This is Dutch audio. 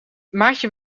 maartje